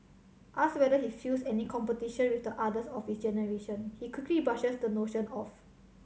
asked whether he feels any competition with the others of his generation he quickly brushes the notion off